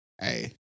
hey